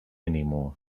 anymore